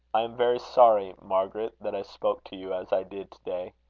i am very sorry, margaret, that i spoke to you as i did today.